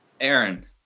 Aaron